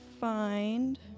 find